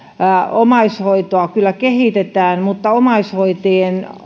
omaishoitoa kyllä kehitetään mutta omaishoitajien